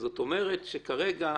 זאת אומרת שכרגע